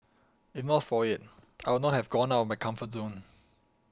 if not for it I would not have gone out of my comfort zone